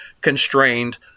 constrained